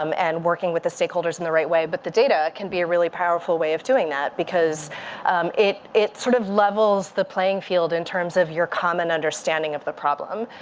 um and working with the stakeholders in the right way. but the data can be a really powerful way of doing that. because it it sort of levels the playing field in terms of your common understanding of the problem.